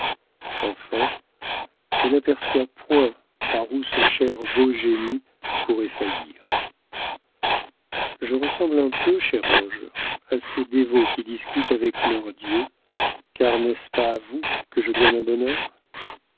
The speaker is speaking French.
enfin je n'aperçois point par où ce cher beau génie pourrait faillir je ressemble un peu chère ange à ces dévots qui discutent avec leur dieu car n'est-ce pas à vous que je dois mon bonheur